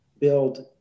build